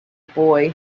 boy